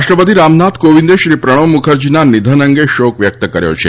રાષ્ટ્રપતિ રામનાથ કોવિંદે શ્રી પ્રણવ મુખરજીના નિધન અંગે શોક વ્યક્ત કર્યો છે